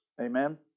Amen